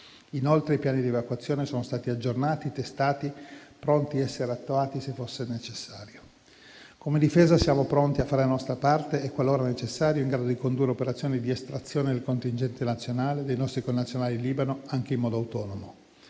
Inoltre, i piani di evacuazione sono stati aggiornati e testati e sono pronti ad essere attuati se fosse necessario. Come Difesa siamo pronti a fare la nostra parte e, qualora necessario, in grado di condurre operazioni di estrazione del contingente nazionale e dei nostri connazionali in Libano, anche in modo autonomo.